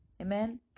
Amen